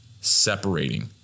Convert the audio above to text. separating